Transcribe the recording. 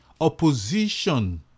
Opposition